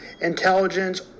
intelligence